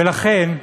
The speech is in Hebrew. ולכן,